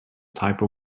type